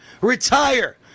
retire